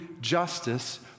justice